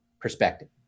perspective